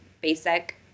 basic